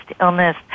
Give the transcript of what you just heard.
illness